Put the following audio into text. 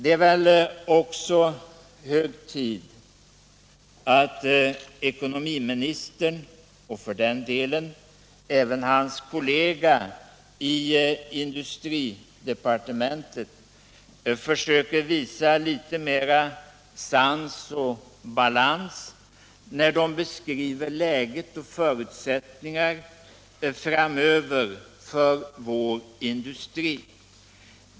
Det är också hög tid att ekonomiministern — och för den delen även hans kollega i industridepartementet — försöker visa litet mera sans och balans, när de beskriver läget och förutsättningarna framöver för vår industri.